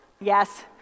yes